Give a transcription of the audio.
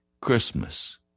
Christmas